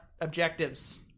objectives